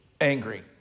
angry